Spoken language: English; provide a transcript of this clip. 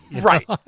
right